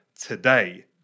today